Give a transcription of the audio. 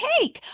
take